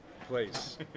place